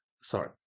sorry